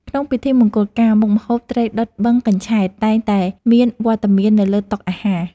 ក្នុងពិធីមង្គលការ មុខម្ហូប ត្រីដុតបឹងកញ្ឆែត តែងតែមានវត្តមាននៅលើតុអាហារ។